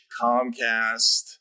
Comcast